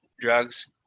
drugs